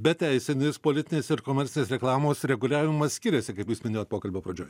bet teisinis politinės ir komercinės reklamos reguliavimas skiriasi kaip jūs minėjot pokalbio pradžioj